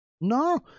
No